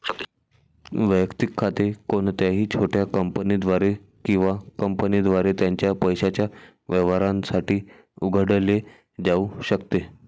वैयक्तिक खाते कोणत्याही छोट्या कंपनीद्वारे किंवा कंपनीद्वारे त्याच्या पैशाच्या व्यवहारांसाठी उघडले जाऊ शकते